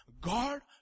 God